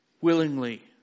willingly